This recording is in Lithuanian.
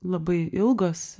labai ilgos